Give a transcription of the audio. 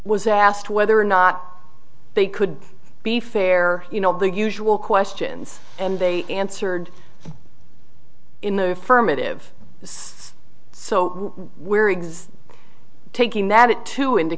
was asked whether or not they could be fair you know the usual questions and they answered in the affirmative so where exist taking that it to into